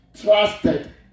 trusted